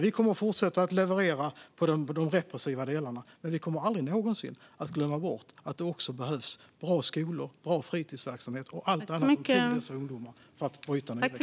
Vi kommer att fortsätta leverera i de repressiva delarna, men vi kommer aldrig någonsin glömma bort att det också behövs bra skolor, bra fritidsverksamhet och allt annat kring dessa ungdomar för att bryta nyrekryteringen.